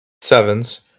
Sevens